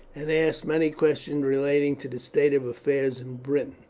and asked many questions relating to the state of affairs in britain.